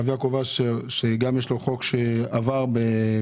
הרב יעקב אשר שגם יש לו חוק שעבר והגיע